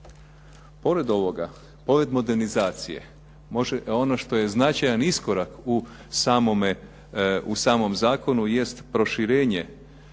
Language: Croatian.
Pored ovoga, pored modernizacije ono što je značajan iskorak u samom zakonu jest proširenje